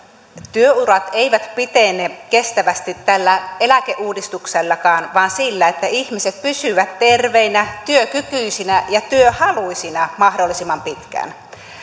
työurat eivät pitene kestävästi tällä eläkeuudistuksellakaan vaan sillä että ihmiset pysyvät terveinä työkykyisinä ja työhaluisina mahdollisimman pitkään